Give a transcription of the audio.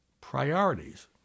priorities